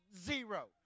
zero